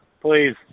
please